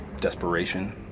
desperation